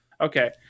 Okay